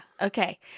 Okay